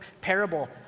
parable